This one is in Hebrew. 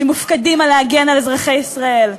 שמופקדים להגן על אזרחי ישראל?